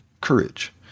courage